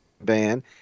ban